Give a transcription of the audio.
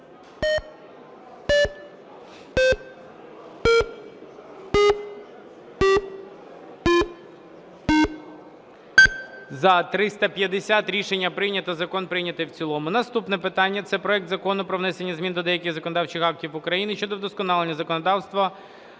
За-350 Рішення прийнято, закон прийнятий в цілому. Наступне питання – це проект Закону про внесення змін до деяких законодавчих актів України щодо вдосконалення законодавства